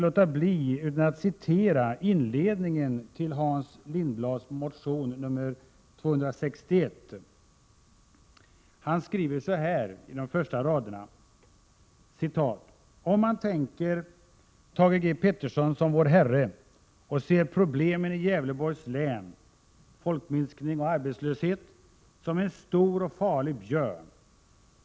Låt mig citera inledningen av Hans Lindblads motion A490: ”Om man tänker Thage G Peterson som Vår Herre och ser problemen i Gävleborgs län som en stor och farlig björn.